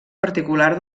particular